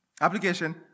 Application